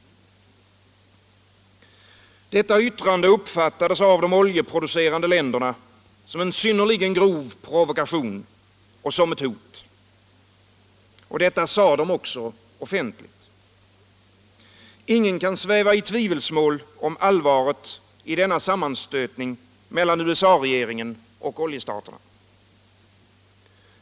Detta yttrande uppfattades av de oljeproducerande länderna som en synnerligen grov provokation och som ett hot. Detta sade de också offentligt. Ingen kan sväva i tvivelsmål om allvaret i denna sammanstötning mellan USA-regeringen och oljestaterna.